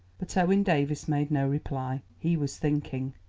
but owen davies made no reply he was thinking,